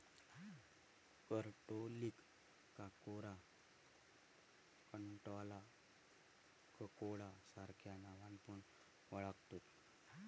करटोलीक काकोरा, कंटॉला, ककोडा सार्ख्या नावान पण ओळाखतत